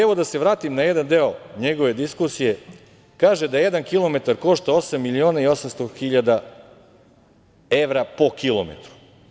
Evo, da se vratim na jedan deo njegove diskusije, kaže da jedan kilometar košta 8 miliona i 800 hiljada evra po kilometru.